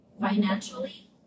financially